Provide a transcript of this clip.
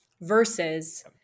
versus